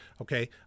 Okay